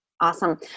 awesome